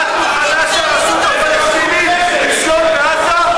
בעד שהרשות הפלסטינית צריכה לשלוט בעזה?